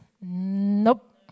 Nope